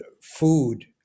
food